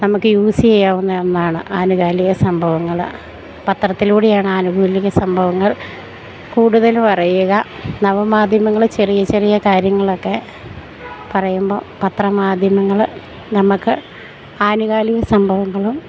നമുക്ക് യൂസ് ചെയ്യാവുന്ന ഒന്നാണ് ആനുകാലിക സംഭവങ്ങൾ പത്രത്തിലൂടെയാണ് ആനുകൂലിക സംഭവങ്ങൾ കൂടുതൽ പറയുക നവമാധ്യമങ്ങൾ ചെറിയ ചെറിയ കാര്യങ്ങളൊക്കെ പറയുമ്പോൾ പത്രമാധ്യമങ്ങൾ നമുക്ക് ആനുകാലിക സംഭവങ്ങളും